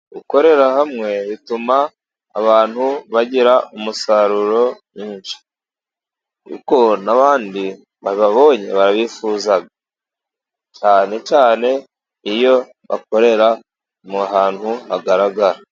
Gokorera hamwe bituma abantu bagira umusaruro mwinshi, kuko n'abandi bababonye barabifuza, cyane cyane iyo bakorera ahantu hagaragara.